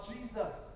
Jesus